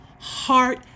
heart